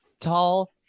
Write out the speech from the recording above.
tall